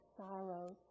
sorrows